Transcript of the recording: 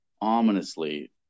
ominously